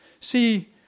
See